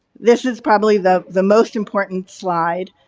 this is probably the the most important slide,